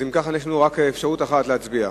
אם כך יש לנו רק אפשרות אחת להצביע,